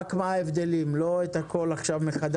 רק את ההבדלים ולא את הכול מחדש.